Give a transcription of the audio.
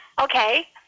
Okay